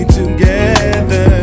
together